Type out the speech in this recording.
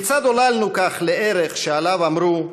כיצד עוללנו כך לערך שעליו אמרו: